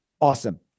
Awesome